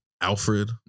Alfred